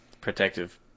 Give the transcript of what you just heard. protective